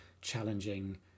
challenging